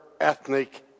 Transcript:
ethnic